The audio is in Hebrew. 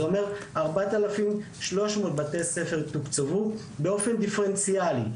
זה אומר 4,300 בתי ספר תוקצבו באופן דיפרנציאלי,